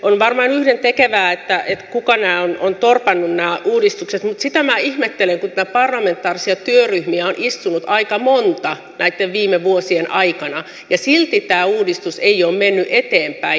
on varmaan yhdentekevää kuka nämä uudistukset on torpannut mutta sitä minä ihmettelen kun näitä parlamentaarisia työryhmiä on istunut aika monta näitten viime vuosien aikana ja silti tämä uudistus ei ole mennyt eteenpäin